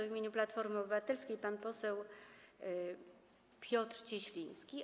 W imieniu Platformy Obywatelskiej pan poseł Piotr Cieśliński.